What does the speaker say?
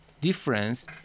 difference